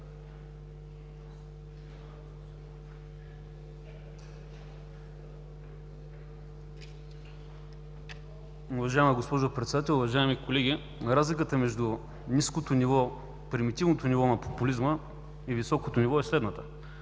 Уважаема госпожо Председател, уважаеми колеги! Разликата между ниското ниво, примитивното ниво на популизма и високото ниво е следната: